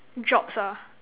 jobs ah